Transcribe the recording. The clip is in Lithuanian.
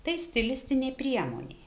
tai stilistinė priemonė